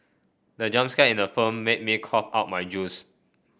the jump scare in the phone made me cough out my juice